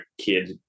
kid